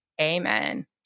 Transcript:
Amen